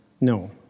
no